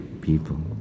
people